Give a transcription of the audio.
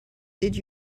did